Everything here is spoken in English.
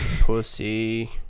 pussy